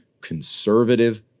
conservative